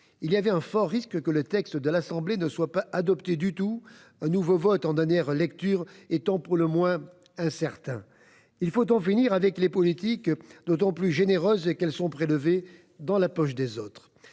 il y avait un fort risque que le texte de l'Assemblée nationale ne soit pas adopté du tout, un nouveau vote en dernière lecture étant pour le moins incertain. Il faut en finir avec les politiques d'autant plus généreuses qu'elles sont prélevées dans les poches des autres